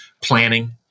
planning